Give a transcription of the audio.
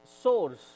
source